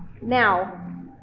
now